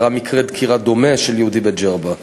אירע מקרה דקירה דומה של יהודי בג'רבה.